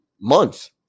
months